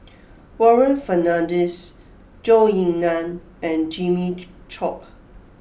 Warren Fernandez Zhou Ying Nan and Jimmy Chok